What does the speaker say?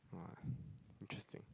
!wah! interesting